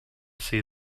see